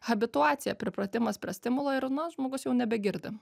habituacija pripratimas prie stimulo ir na žmogus jau nebegirdi